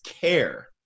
care